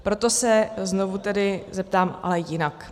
Proto se znovu tedy zeptám, ale jinak.